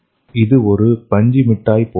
இது ஒரு பஞ்சு மிட்டாய் போன்றது